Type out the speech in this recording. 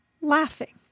laughing